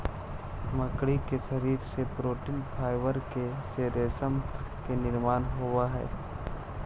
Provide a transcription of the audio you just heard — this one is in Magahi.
मकड़ी के शरीर के प्रोटीन फाइवर से रेशम के निर्माण होवऽ हई